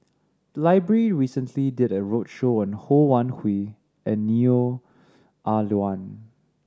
the library recently did a roadshow on Ho Wan Hui and Neo Ah Luan